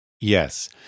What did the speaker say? Yes